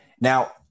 now